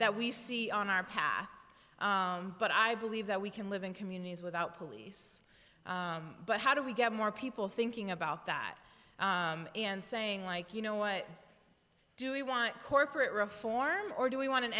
that we see on our path but i believe that we can live in communities without police but how do we get more people thinking about that and saying like you know what do we want corporate reform or do we want an